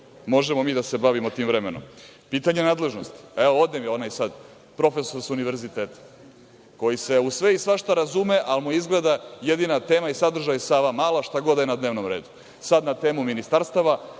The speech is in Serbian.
Možemo mi da se bavimo tim vremenom. Pitanje nadležnosti, ode mi sad profesor sa univerziteta koji se u sve i svašta razume, ali mu je izgleda jedina tema i sadržaj Savamala, šta god da je na dnevnom redu, sada na temu ministarstva,